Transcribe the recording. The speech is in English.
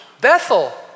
Bethel